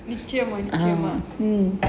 நிச்சயமா நிச்சயமா:nichayamaa nichayamaa